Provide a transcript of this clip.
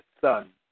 son